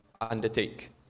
undertake